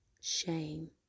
shame